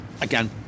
again